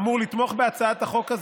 אמור לתמוך בהצעת החוק הזו.